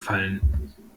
fallen